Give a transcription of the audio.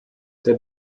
der